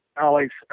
Alex